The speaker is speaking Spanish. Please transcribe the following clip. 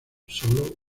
solo